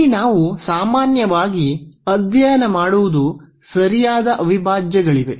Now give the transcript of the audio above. ಇಲ್ಲಿ ನಾವು ಸಾಮಾನ್ಯವಾಗಿ ಅಧ್ಯಯನ ಮಾಡುವುದು ಸರಿಯಾದ ಅವಿಭಾಜ್ಯಗಳಿವೆ